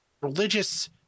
religious